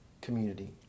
community